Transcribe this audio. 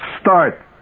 Start